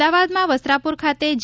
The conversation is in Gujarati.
અમદાવાદમાં વસ્ત્રાપુર ખાતે જે